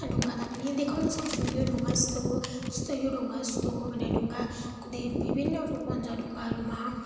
ढुङ्गालाई पनि देखाउन सक्छौँ यो ढुङ्गा यस्तो हो यो ढुङ्गा यस्तो हो भनेर ढुङ्गाको विभिन्न रूप हुन्छ ढुङ्गाहरूमा